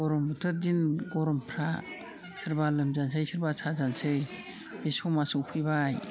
गरम बोथोर दिन गरमफ्रा सोरबा लोमजानोसै सोरबा साजानोसै बे समा सफैबाय